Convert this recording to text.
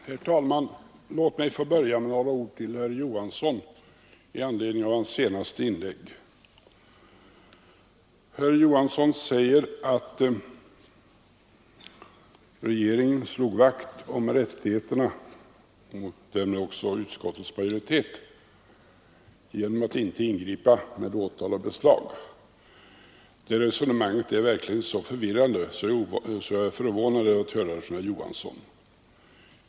Herr talman! Låt mig börja med några ord till herr Johansson i Trollhättan i anledning av hans senaste inlägg. Herr Johansson sade att regeringen här slog vakt om frioch rättigheterna — och det har också utskottets majoritet anslutit sig till — genom att inte ingripa med åtal och beslag. Det resonemanget är verkligen så förvirrande att jag är förvånad över att höra det från herr Johansson.